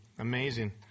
Amazing